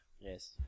Yes